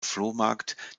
flohmarkt